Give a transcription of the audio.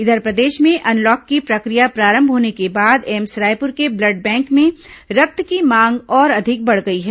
इधर प्रदेश में अनलॉक की प्रक्रिया प्रारंभ होने के बाद एम्स रायपुर के ब्लड बैंक में रक्त की मांग और अधिक बढ़ गई है